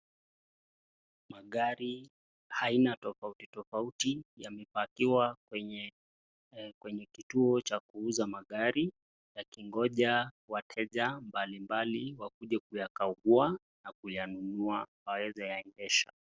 Magari aina tofauti tofauti yamepakiwa kwenye kituo cha kuuza magari, yakingoja wateja mbalimbali wakuje kuyakagua na kuyanunua waweze yaendesha.